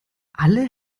alle